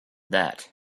that